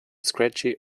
scratchy